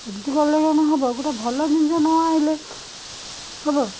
ଏମିତି କଲେ କ'ଣ ହବ ଗୋଟେ ଭଲ ଜିନିଷ ନ ଆଣିଲେ ହବ